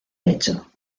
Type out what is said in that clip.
hecho